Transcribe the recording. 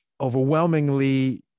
overwhelmingly